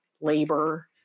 labor